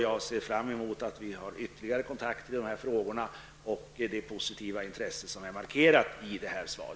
Jag ser fram emot ytterligare kontakter i dessa frågor och det positiva intresse som har markerats i detta svar.